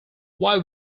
why